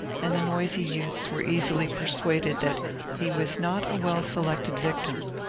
and the noisy youths were easily persuaded that he was not a well-selected victim.